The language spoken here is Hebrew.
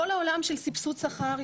כל העניין של סבסוד שכר,